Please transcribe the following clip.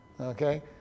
Okay